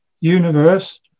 universe